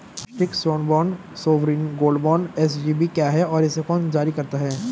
राष्ट्रिक स्वर्ण bond sovereign gold bond SGB क्या है और इसे कौन जारी करता है?